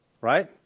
right